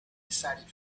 decided